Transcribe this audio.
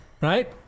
right